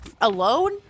Alone